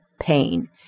pain